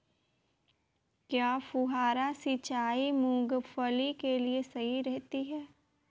क्या फुहारा सिंचाई मूंगफली के लिए सही रहती है?